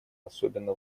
особенно